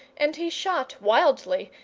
and he shot wildly,